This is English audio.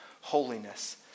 holiness